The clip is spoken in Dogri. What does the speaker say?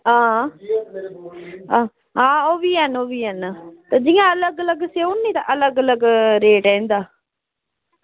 आं ओह्बी हैन ओह्बी हैन ते अलग अलग स्यौ नी अलग अलग रेट इंदा